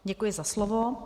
Děkuji za slovo.